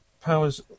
powers